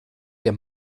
der